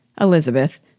Elizabeth